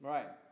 Right